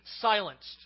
silenced